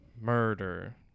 Murder